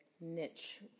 niche